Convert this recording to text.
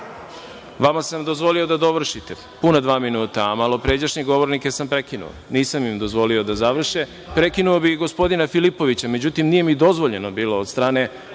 Vama sam dozvolio da dovršite puna dva minuta, a malopređašnje govornike sam prekinuo, nisam im dozvolio da završe. Prekinuo bih i gospodina Filipovića, međutim nije mi bilo dozvoljeno od strane